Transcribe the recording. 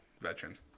veteran